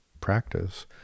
practice